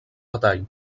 metall